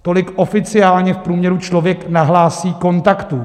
Tolik oficiálně v průměru člověk nahlásí kontaktů.